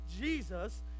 Jesus